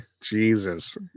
Jesus